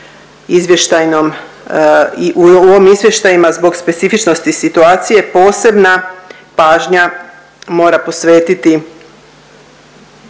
izvještajnom, u ovim izvještajima zbog specifičnosti situacije posebna pažnja mora posvetiti